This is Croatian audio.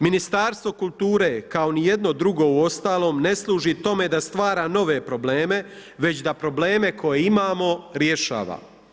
Ministarstvo kulture kao nijedno drugo uostalom ne služi tome da stvara nove probleme već da probleme koje imamo rješava.